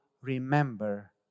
Remember